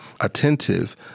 attentive